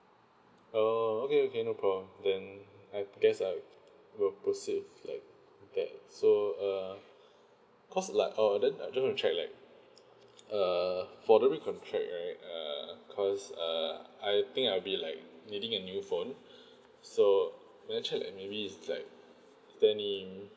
oh okay okay no problem then I guess I will proceed if like that so err because like err then I recontract like uh for the recontract right uh because uh I think I will be like needing a new phone so may I check like maybe is like is there any